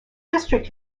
district